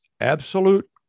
absolute